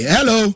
Hello